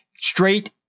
straight